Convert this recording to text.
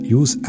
use